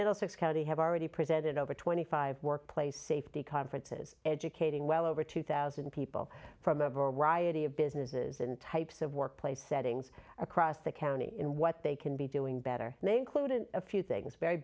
middlesex county have already presented over twenty five workplace safety conferences educating well over two thousand people from a variety of businesses and types of workplace settings across the county and what they can be doing better name kloden a few things very